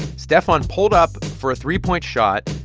stephon pulled up for a three point shot.